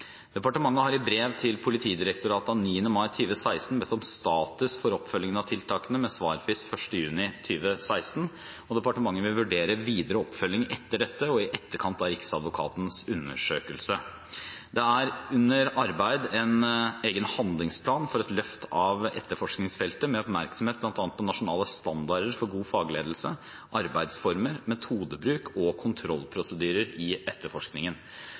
Departementet har i brev til Politidirektoratet av 9. mai 2016 bedt om status for oppfølgingen av tiltakene, med svarfrist 1. juni 2016. Departementet vil vurdere videre oppfølging etter dette og i etterkant av Riksadvokatens undersøkelse. Det er under arbeid en egen handlingsplan for et løft på etterforskningsfeltet, med oppmerksomhet bl.a. på nasjonale standarder for god fagledelse, arbeidsformer, metodebruk og kontrollprosedyrer i etterforskningen.